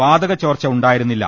വാതകചോർച്ച ഉണ്ടായിരുന്നില്ല